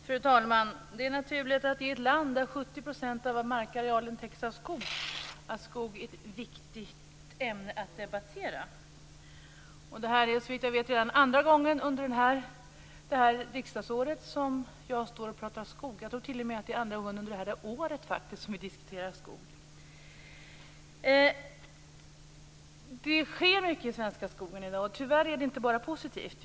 Fru talman! Det är naturligt att skog, i ett land där 70 % av markarealen täcks av skog, är ett viktigt ämne att debattera. Det här är såvitt jag vet redan den andra gången under det här riksdagsåret som jag står och pratar skog. Jag tror faktiskt t.o.m. att det är andra gången under det här året som vi diskuterar skog. Det sker mycket i den svenska skogen i dag, och tyvärr är det inte bara positivt.